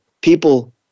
people